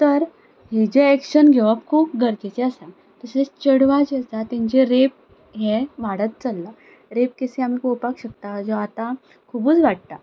तर ही जे एक्शन घेवप खूब गरजेचें आसा तशेंच चेडवां जी आसा तीं तेंचेर रेप हें वाडत चललां रेप केसी आमकां पोवपाक शकता ज्यो आतां खुबूच वाडटा